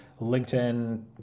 LinkedIn